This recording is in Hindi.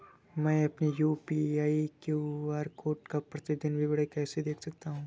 मैं अपनी यू.पी.आई क्यू.आर कोड का प्रतीदीन विवरण कैसे देख सकता हूँ?